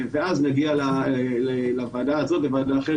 ואז נגיע לוועדה הזאת או לוועדה אחרת,